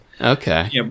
Okay